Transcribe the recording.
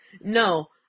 No